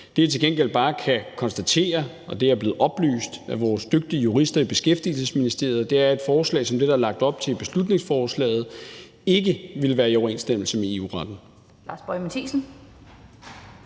Det, jeg til gengæld bare kan konstatere – og det er jeg blevet oplyst af vores dygtige jurister i Beskæftigelsesministeriet – er, at et forslag som det, der er lagt op til i beslutningsforslaget, ikke ville være i overensstemmelse med EU-retten.